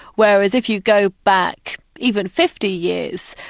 whereas if you go back even fifty years,